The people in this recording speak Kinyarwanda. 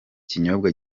kinyobwa